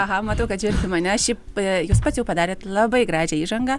aha matau kad čia mane šiaip jūs pats jau padarėt labai gražią įžangą